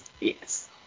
Yes